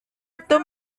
itu